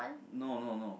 no no no